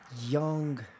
young